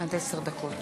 עד עשר דקות